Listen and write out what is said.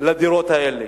לדירות האלה,